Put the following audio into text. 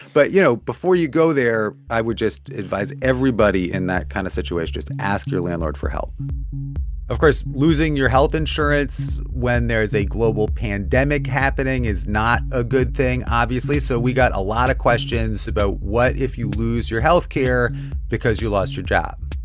but you know, before you go there, i would just advise everybody in that kind of situation just ask your landlord for help of course, losing your health insurance when there is a global pandemic happening is not a good thing, obviously. so we got a lot of questions about, what if you lose your health care because you lost your job?